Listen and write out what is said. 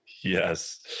Yes